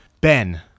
Ben